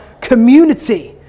community